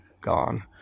gone